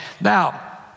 Now